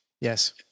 Yes